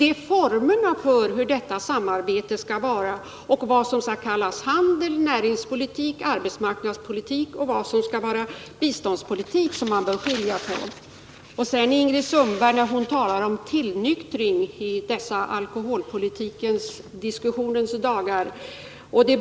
Det är formerna för hur detta samarbete skall gå till vi tar upp. Man bör skilja på vad som är handel, näringspolitik, arbetsmarknadspolitik och vad som är biståndspolitik. I samband med det bundna biståndet talade Ingrid Sundberg om tillnyktring i dessa de alkoholpolitiska diskussionernas dagar.